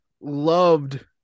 loved